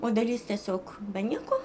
o dalis tiesiog be nieko